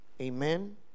amen